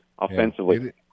offensively